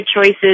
choices